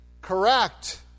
correct